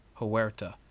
huerta